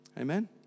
Amen